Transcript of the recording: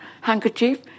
handkerchief